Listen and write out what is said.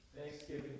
Thanksgiving